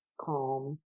calm